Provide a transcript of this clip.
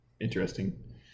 interesting